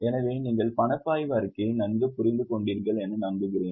எனவே நீங்கள் பணப்பாய்வு அறிக்கையை நன்கு புரிந்துகொண்டீர்கள் என நம்புகிறேன்